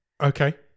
Okay